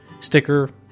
sticker